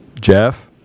Jeff